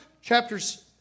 chapters